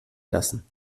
lassen